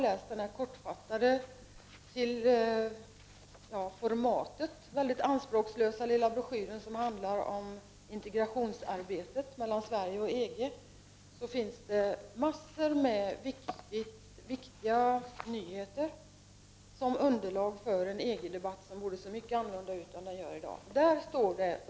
I den kortfattade, till formatet väldigt anspråkslösa lilla broschyr som handlar om integrationsarbetet mellan Sverige och EG finns det en mängd viktiga nyheter som utgör underlag för en EG-debatt som borde se mycket annorlunda ut än vad den gör i dag.